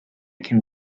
can